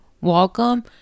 welcome